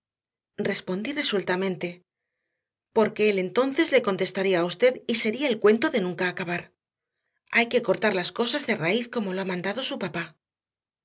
respondí resueltamente porque él entonces le contestaría a usted y sería el cuento de nunca acabar hay que cortar las cosas de raíz como lo ha mandado su papá